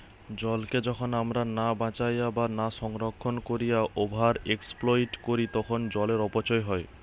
জলকে যখন আমরা না বাঁচাইয়া বা না সংরক্ষণ কোরিয়া ওভার এক্সপ্লইট করি তখন জলের অপচয় হয়